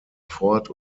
fort